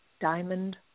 diamond